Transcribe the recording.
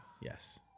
Yes